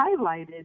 highlighted